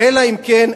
"אלא אם כן"